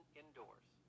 indoors